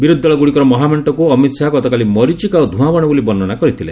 ବିରୋଧୀଦଳ ଗୁଡ଼ିକର ମହାମେଷ୍ଟକୁ ଅମିତ ଶାହା ଗତକାଲି ମରିଚିକା ଓ ଧ୍ରଆଁବାଣ ବୋଲି ବର୍ଷ୍ଣନା କରିଥିଲେ